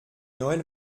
noël